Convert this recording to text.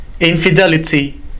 infidelity